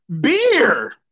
beer